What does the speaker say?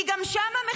כי גם שם,